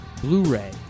Blu-ray